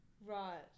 Right